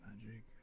magic